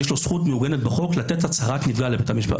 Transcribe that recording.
יש לו זכות מעוגנת בחוק לתת הצהרת נפגע לבית המשפט.